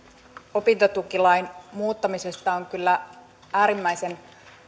opintotukilain muuttamisesta on kyllä äärimmäisen